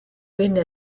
venne